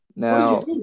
Now